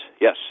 yes